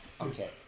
Okay